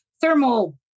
thermal